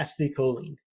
acetylcholine